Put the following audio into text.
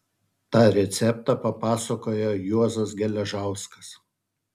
tą receptą papasakojo juozas geležauskas